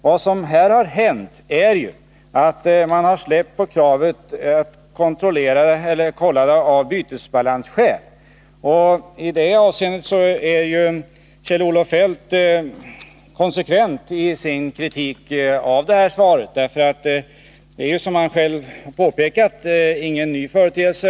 Vad som här har hänt är att man har släppt på kravet på kontroll när det gäller bytesbalanseffekten. I det avseendet är Kjell-Olof Feldt konsekvent i sin kritik av svaret, för som han själv påpekat är ju detta ingen ny företeelse.